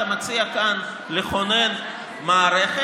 אתה מציע כאן לכונן מערכת,